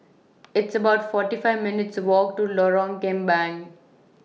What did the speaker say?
It's about forty five minutes' Walk to Lorong Kembang